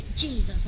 Jesus